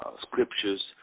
scriptures